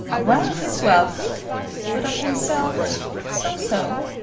well of his wealth but of himself, so so.